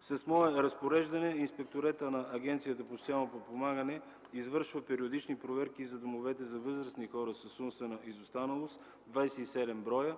С мое разпореждане Инспекторатът на Агенцията по социално подпомагане извършва периодични проверки на домовете за възрастни хора с умствена изостаналост – 27 броя,